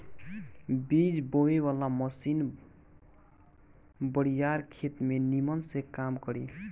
बीज बोवे वाला मशीन बड़ियार खेत में निमन से काम करी